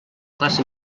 classe